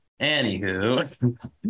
anywho